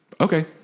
Okay